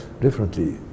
differently